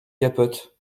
capotes